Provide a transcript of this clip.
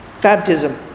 Baptism